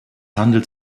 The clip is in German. handelt